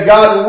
God